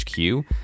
HQ